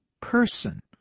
person